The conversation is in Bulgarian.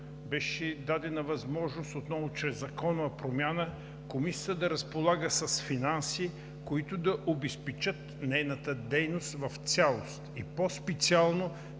беше дадена възможност отново чрез законова промяна, Комисията да разполага с финанси, които да обезпечат нейната дейност в цялост и по-специално